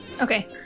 Okay